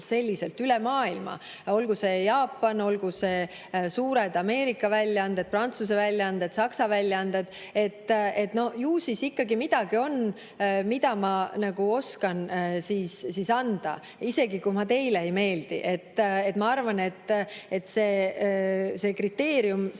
selliselt üle maailma, olgu Jaapan, olgu suured Ameerika väljaanded, Prantsuse väljaanded või Saksa väljaanded? Ju siis ikkagi midagi on, mida ma oskan edasi anda, isegi kui ma teile ei meeldi. Ma arvan, et seda kriteeriumit